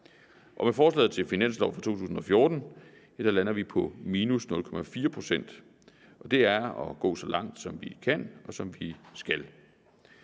og med forslaget til finansloven for 2014 lander vi på -0,4 pct., og det er at gå så langt, som vi kan, og som vi skal.